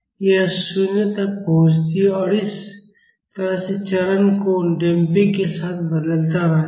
यह 0 तक पहुँचती है और इस तरह से चरण कोण डैम्पिंग के साथ बदलता रहता है